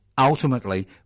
ultimately